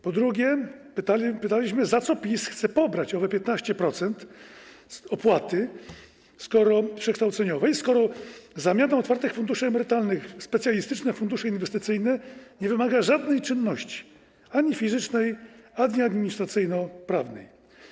Po drugie, pytałem, za co PiS chce pobrać ową 15-procentową opłatę przekształceniową, skoro zamiana otwartych funduszy emerytalnych w specjalistyczne fundusze inwestycyjne nie wymaga żadnej czynności ani fizycznej, ani administracyjnoprawnej.